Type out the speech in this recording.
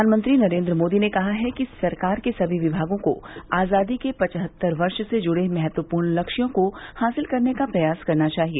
प्रधानमंत्री नरेन्द्र मोदी ने कहा है कि सरकार के सभी विभागों को आज़ादी के पचहत्तर वर्ष से जुड़े महत्वपूर्ण लक्ष्यों को हासिल करने का प्रयास करना चाहिए